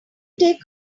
take